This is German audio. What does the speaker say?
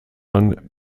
man